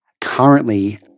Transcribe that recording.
currently